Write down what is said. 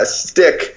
stick